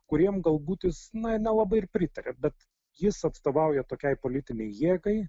kuriem galbūt jis na nelabai ir pritaria bet jis atstovauja tokiai politinei jėgai